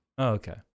Okay